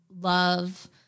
love